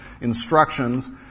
instructions